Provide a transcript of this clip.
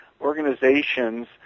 organizations